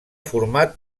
format